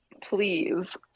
Please